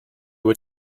were